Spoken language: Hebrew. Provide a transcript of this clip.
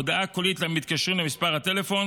הודעה קולית למתקשרים למספר הטלפון